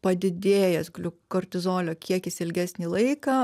padidėjęs gliu kortizolio kiekis ilgesnį laiką